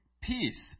peace